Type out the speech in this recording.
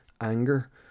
anger